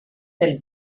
del